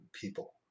people